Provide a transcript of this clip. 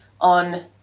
on